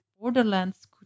borderlands